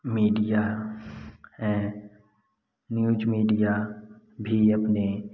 media है news media भी अपने